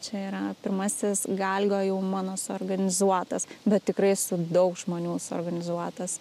čia yra pirmasis galgo jau mano suorganizuotas bet tikrai su daug žmonių suorganizuotas